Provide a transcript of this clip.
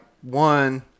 one